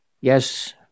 Yes